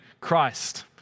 Christ